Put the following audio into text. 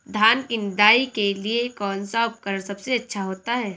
धान की निदाई के लिए कौन सा उपकरण सबसे अच्छा होता है?